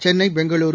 Chennai Bengaluru